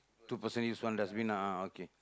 two person use one dustbin ah ah okay